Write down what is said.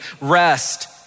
Rest